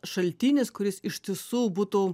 šaltinis kuris iš tiesų būtų